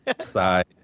side